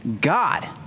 God